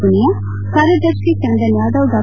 ಪುನಿಯಾ ಕಾರ್ಯದರ್ಶಿ ಚಂದನ್ ಯಾದವ್ ಡಾ